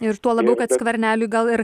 ir tuo labiau kad skverneliui gal ir